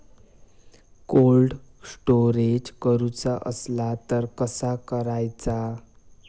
Cold storage करूचा असला तर कसा करायचा?